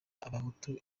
abahutu